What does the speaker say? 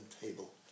table